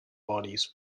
bodies